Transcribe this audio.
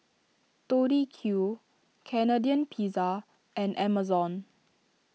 Tori Q Canadian Pizza and Amazon